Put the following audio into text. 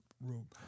room